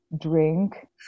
drink